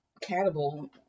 cannibal